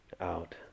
out